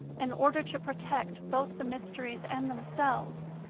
in order to protect both the mysteries and themselves,